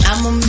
I'ma